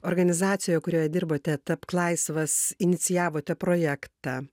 organizacijoje kurioje dirbate tapk laisvas inicijavote projektą